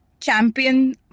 champion